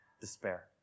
despair